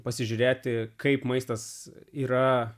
pasižiūrėti kaip maistas yra